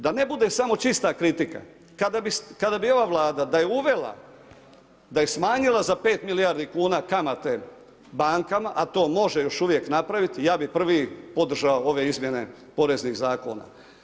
Da ne bude samo čista kritika, kada bi ova Vlada, da je uvela, da je smanjila za 5 milijardi kuna kamate bankama, a to može još uvijek napraviti, ja bih prvi podržao ove izmjene poreznih zakona.